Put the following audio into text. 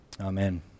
Amen